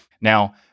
Now